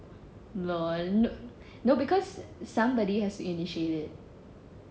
lol no because somebody has to initiate it